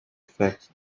fact